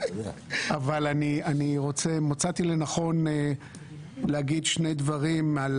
---- אבל מצאתי לנכון להגיד שני דברים על